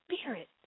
spirit